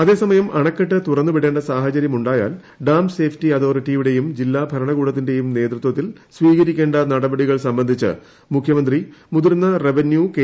അതേസമയം അണക്കെട്ട് തുറന്ന് വിടേണ്ട സാഹചര്യമുണ്ടായാൽ ഡാംസേഫ്റ്റി അതോറിറ്റിയുടെയും ജില്ലാഭരണകൂടത്തിന്റെയും നേതൃത്വത്തിൽ സ്വീകരിക്കേണ്ട നടപടികൾ സംബന്ധിച്ച് മുഖ്യമന്ത്രി മുതിർന്ന റവന്യൂ കെ